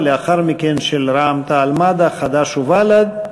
ולאחר מכן, של רע"ם-תע"ל-מד"ע, חד"ש ובל"ד.